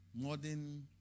Modern